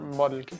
model